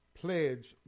pledge